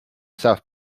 savent